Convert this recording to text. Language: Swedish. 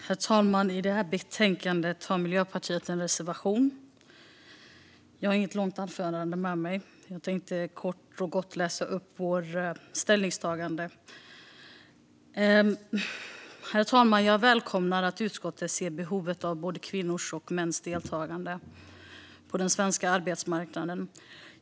Herr talman! I betänkandet har Miljöpartiet en reservation. Jag ska inte hålla något långt anförande, utan jag tänkte kort och gott läsa upp vårt ställningstagande. Herr talman! Jag välkomnar att utskottet ser behovet av både kvinnors och mäns deltagande på den svenska arbetsmarknaden.